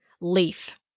leaf